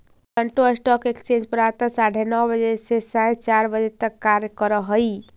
Toronto stock exchange प्रातः साढ़े नौ बजे से सायं चार बजे तक कार्य करऽ हइ